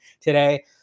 today